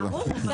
תודה.